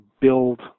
build